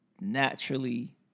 naturally